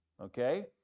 Okay